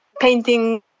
painting